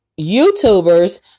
YouTubers